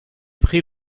pris